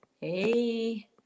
hey